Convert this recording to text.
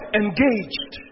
engaged